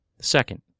Second